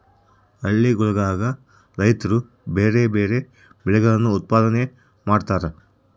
ಹಳ್ಳಿಗುಳಗ ರೈತ್ರು ಬ್ಯಾರೆ ಬ್ಯಾರೆ ಬೆಳೆಗಳನ್ನು ಉತ್ಪಾದನೆ ಮಾಡತಾರ